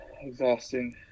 Exhausting